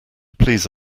please